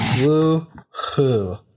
Woo-hoo